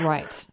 Right